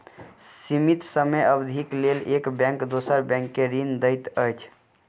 सीमित समय अवधिक लेल एक बैंक दोसर बैंक के ऋण दैत अछि